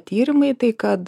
tyrimai tai kad